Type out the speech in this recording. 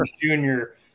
junior